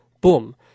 boom